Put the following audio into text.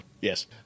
Yes